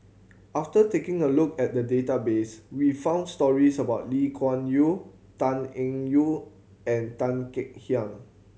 after taking a look at the database we found stories about Lee Kuan Yew Tan Eng Yoon and Tan Kek Hiang